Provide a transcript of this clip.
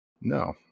no